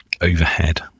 overhead